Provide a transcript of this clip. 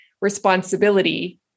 responsibility